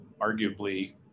arguably